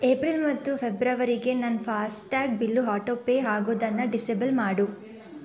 April ಮತ್ತು ಫೆಬ್ರವರಿಗೆ ನನ್ನ fast tag bill auto pay ಆಗೋದನ್ನು ಡಿಸೇಬಲ್ ಮಾಡು